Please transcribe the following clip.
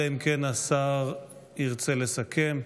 אלא אם כן השר ירצה לסכם.